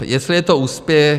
Jestli je to úspěch?